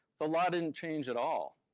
the law didn't change at all.